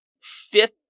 fifth